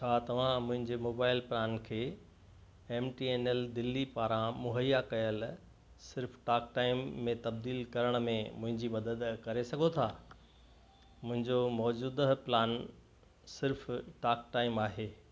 छा तव्हां मुंहिंजे मोबाइल प्लान खे M T N L Delhi पारां मुहैया कयल सिर्फ़ु टाक टाइम में तब्दील करण में मुंहिंजी मदद करे सघो था मुंहिंजो मौजूदह प्लान सिर्फ़ु टाक टाइम आहे